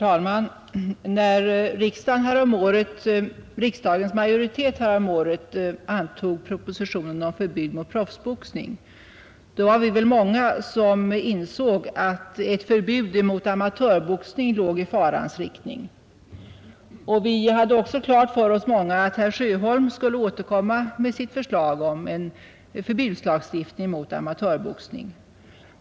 Herr talman! När riksdagens majoritet häromåret antog propositionen om förbud mot proffsboxning var vi väl många som insåg att ett förbud mot amatörboxning låg i farans riktning. Vi var också många som hade klart för oss att herr Sjöholm skulle återkomma med sitt förslag om en förbudslagstiftning mot amatörboxning.